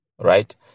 Right